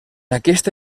aquesta